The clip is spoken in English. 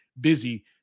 busy